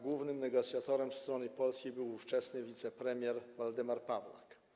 Głównym negocjatorem ze strony Polski był ówczesny wicepremier Waldemar Pawlak.